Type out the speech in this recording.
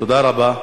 תודה רבה.